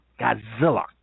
Godzilla